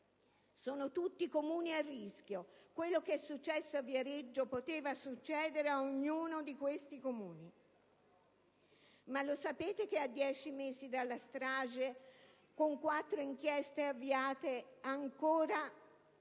Sono tutti Comuni a rischio. Quello che è successo a Viareggio poteva succedere in ognuno di questi Comuni. Ma lo sapete che a dieci mesi dalla strage, con quattro inchieste avviate, ancora